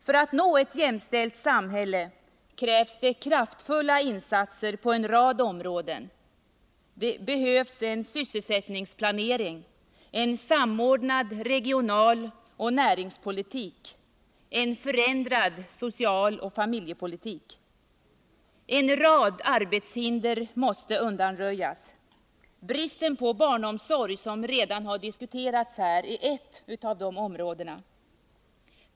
För att nå ett jämställt samhälle krävs det kraftfulla insatser på en rad områden. Det behövs en sysselsättningsplanering, en samordnad regionaloch näringspolitik, en förändrad socialoch familjepolitik. En rad arbetshinder måste undanröjas. Bristen på barnomsorg, som redan har diskuterats här, är ett av dem.